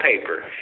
paper